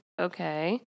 okay